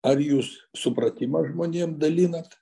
ar jūs supratimą žmonėm dalinat